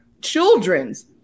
children's